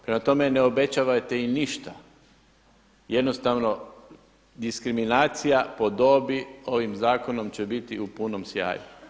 Prema tome, ne obećavajte im ništa jednostavno diskriminacija po dobi ovim zakonom će biti u punom sjaju.